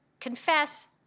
confess